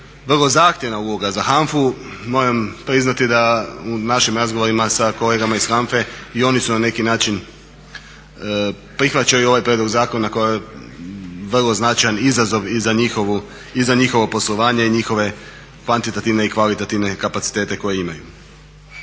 vrlo zahtjevna uloga za HANFA-u. Moram priznati da u našim razgovorima sa kolegama iz HANFA-e i oni su na neki način prihvaćaju ovaj prijedlog zakona kao vrlo značajan izazov i za njihovo poslovanje i njihove kvantitativne i kvalitativne kapacitete koje imaju.